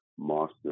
master